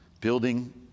building